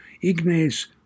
Ignace